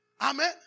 Amen